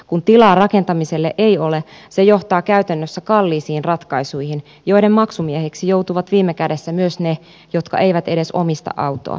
kun tilaa rakentamiselle ei ole se johtaa käytännössä kalliisiin ratkaisuihin joiden maksumiehiksi joutuvat viime kädessä myös ne jotka eivät edes omista autoa